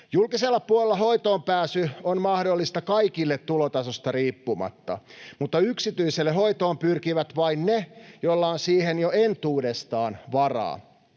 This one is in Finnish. Julkisella puolella hoitoonpääsy on mahdollista kaikille tulotasosta riippumatta, mutta yksityiselle hoitoon pyrkivät vain ne, joilla on siihen jo entuudestaan varaa.